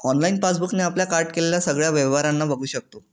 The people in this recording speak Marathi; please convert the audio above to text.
ऑनलाइन पासबुक ने आपल्या कार्ड केलेल्या सगळ्या व्यवहारांना बघू शकतो